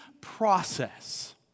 process